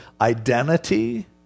identity